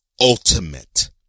ultimate